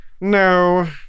No